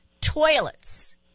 toilets